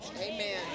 Amen